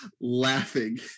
laughing